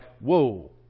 whoa